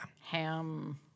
Ham